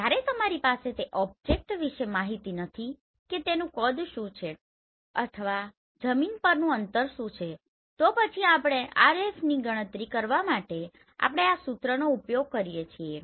જ્યારે તમારી પાસે તે ઓબ્જેક્ટ વિશે માહિતી નથી કે તેનું કદ શું છે અથવા જમીન પરનું અંતર શું છે તો પછી આપણે RFની ગણતરી કરવા માટે આપણે આ સૂત્રનો ઉપયોગ કરીએ છીએ